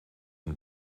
een